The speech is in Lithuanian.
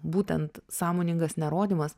būtent sąmoningas nerodymas